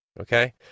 Okay